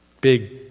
big